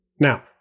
Now